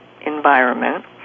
environment